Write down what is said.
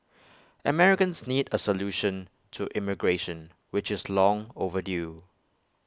Americans need A solution to immigration which is long overdue